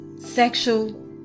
sexual